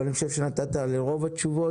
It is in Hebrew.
אבל אני חשוב שנתת התייחסות לרוב השאלות.